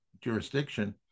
jurisdiction